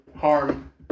Harm